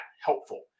helpful